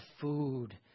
food